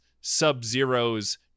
Sub-Zero's